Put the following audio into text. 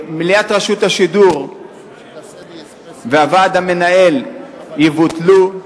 מליאת רשות השידור והוועד המנהל יבוטלו,